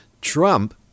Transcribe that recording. Trump